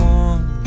one